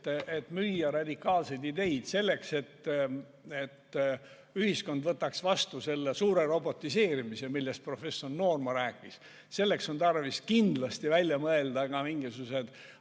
et müüa radikaalseid ideid ja et ühiskond võtaks vastu selle suure robotiseerimise, millest professor Noorma rääkis, on tarvis välja mõelda mingisugused